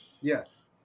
Yes